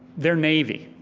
their navy,